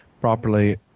properly